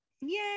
Yay